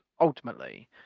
ultimately